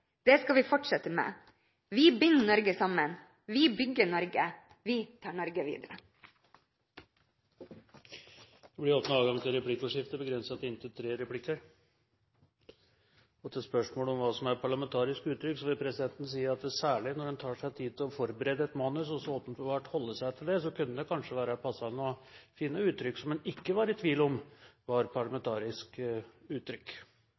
det skal vi fortsette med. Vi binder Norge sammen. Vi bygger Norge. Vi tar Norge videre. Det blir replikkordskifte. Til spørsmålet om hva som er parlamentariske uttrykk, vil presidenten si at særlig når en tar seg tid til å forberede et manus og åpenbart holder seg til det, kunne det kanskje være passende å finne uttrykk som en ikke er i tvil om